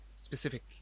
specific